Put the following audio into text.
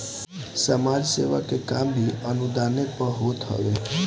समाज सेवा के काम भी अनुदाने पअ होत हवे